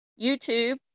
YouTube